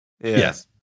Yes